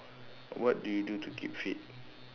what do you do to keep fit